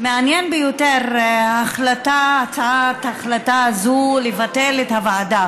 מעניינת ביותר ההחלטה הזו לבטל את הוועדה.